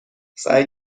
سعی